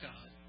God